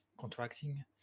contracting